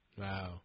Wow